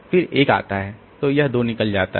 फिर 1 आता है तो यह 2 निकल जाता है